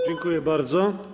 Dziękuję bardzo.